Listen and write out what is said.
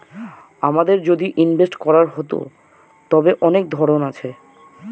আমাদের যদি ইনভেস্টমেন্ট করার হতো, তবে অনেক ধরন আছে